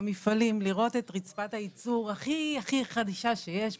במפעלים לראות את רצפת הייצור הכי חדישה שיש,